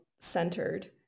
centered